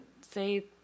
say